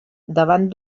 davant